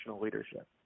leadership